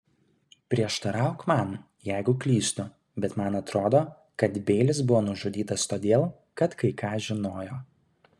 prieštarauk man jeigu klystu bet man atrodo kad beilis buvo nužudytas todėl kad kai ką žinojo